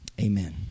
amen